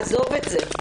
עזוב את זה.